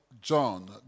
John